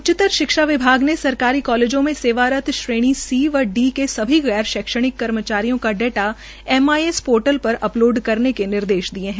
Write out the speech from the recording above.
उच्चतर शिक्षा विभाग ने सरकारी कालेजों में सेवारत श्रेणी सी व डी के सभी गैर शैक्षणिक कर्मचारियों का डाटा एमआईएस पोर्टल पर अपलोड करने के निर्देश दिये है